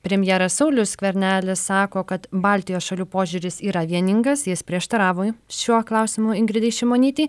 premjeras saulius skvernelis sako kad baltijos šalių požiūris yra vieningas jis prieštaravo šiuo klausimu ingridai šimonytei